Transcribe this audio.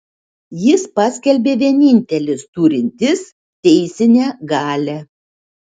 jis paskelbė vienintelis turintis teisinę galią